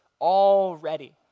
already